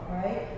right